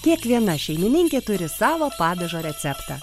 kiekviena šeimininkė turi savo padažo receptą